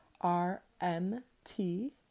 R-M-T